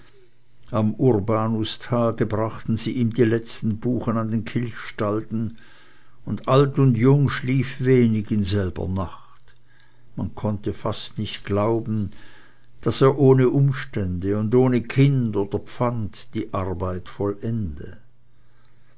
am urbanustage brachten sie ihm die letzten buchen an den kilchstalden und alt und jung schlief wenig in selber nacht man konnte fast nicht glauben daß er ohne umstände und ohne kind oder pfand die arbeit vollende